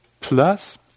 Plus